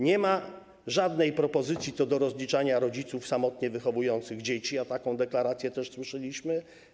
Nie ma żadnej propozycji co do rozliczania rodziców samotnie wychowujących dzieci, a taką deklarację też słyszeliśmy.